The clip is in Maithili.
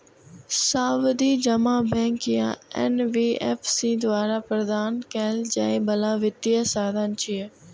सावधि जमा बैंक या एन.बी.एफ.सी द्वारा प्रदान कैल जाइ बला वित्तीय साधन छियै